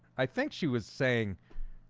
i think she was saying